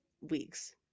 weeks